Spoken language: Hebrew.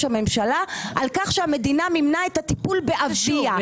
הממשלה על כך שהמדינה מימנה את הטיפול באביה.